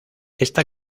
esta